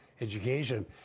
education